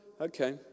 okay